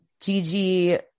Gigi